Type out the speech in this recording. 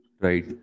right